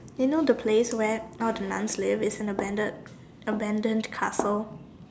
you know the place where all the nuns lived it's an abandoned abandoned castle